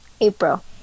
April